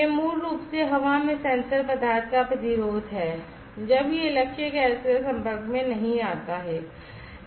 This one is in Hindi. यह मूल रूप से हवा में सेंसर पदार्थ का प्रतिरोध है जब यह लक्ष्य गैस के संपर्क में नहीं आता है